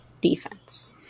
defense